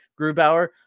Grubauer